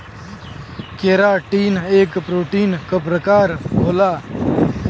keratin एक protein क प्रकार होला